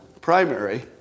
primary